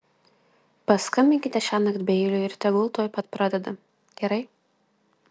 paskambinkite šiąnakt beiliui ir tegul tuoj pat pradeda gerai